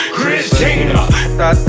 Christina